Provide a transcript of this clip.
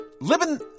living